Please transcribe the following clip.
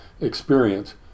experience